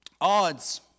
Odds